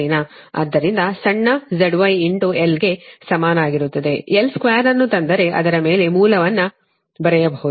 ಆದ್ದರಿಂದ ಸಣ್ಣ zyl ಗೆ ಸಮಾನವಾಗಿರುತ್ತದೆ l2 ಅನ್ನು ತಂದರೆ ಅದರ ಮೇಲೆ ಮೂಲವನ್ನು ಬರೆಯಬಹುದು